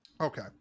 Okay